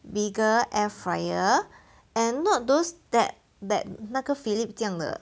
bigger air fryer and not those that that 那个 Philips 这样的